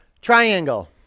Triangle